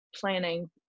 planning